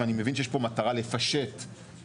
ואני מבין שיש פה מטרה לפשט רגולציה.